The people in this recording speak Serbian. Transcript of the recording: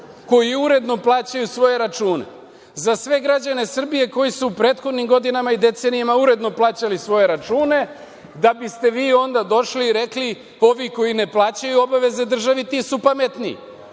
koji uredno plaćaju svoje račune. Za sve građane Srbije koji su u prethodnim godinama i decenijama uredno plaćali svoje račune, da biste vi onda došli i rekli – ovi koji ne plaćaju obaveze državi, ti su pametniji.